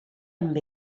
amb